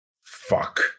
Fuck